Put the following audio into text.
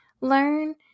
learn